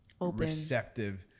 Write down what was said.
receptive